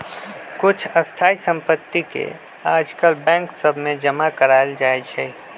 कुछ स्थाइ सम्पति के याजकाल बैंक सभ में जमा करायल जाइ छइ